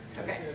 Okay